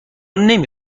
نمی